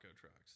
trucks